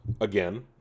Again